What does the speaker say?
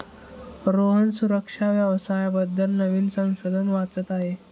रोहन सुरक्षा व्यवसाया बद्दल नवीन संशोधन वाचत आहे